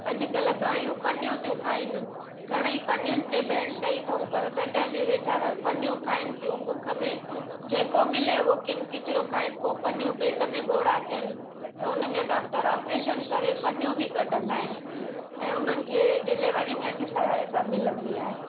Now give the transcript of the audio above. अॼकल्ह गायूं पन्नी थियूं खाइन घणेई पन्निन बैन कयी अथऊं पर तॾहिं ब वेचारा पन्नियूं खाइन थियूं बुख में जेको मिले उहो किन किचरो खाइन पोइ पन्नियूं पेट में ॻोड़ा थियनि त उन्हनि जो डॉक्टर ऑपरेशन करे पन्नियूं बि कढंदा आहिनि ऐं उन्हनि खे डिलेवरी में ब सहायता मिलंदी आहे